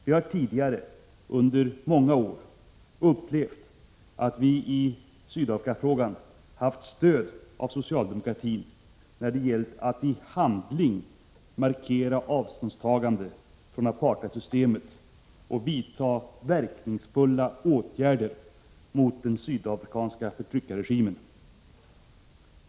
Vi har tidigare under många år upplevt att vi i Sydafrikafrågan haft stöd av socialdemokratin när det gällt att i handling markera avståndstagande från apartheidsystemet och vidta verkningsfulla åtgärder mot den sydafrikanska förtryckarregimen.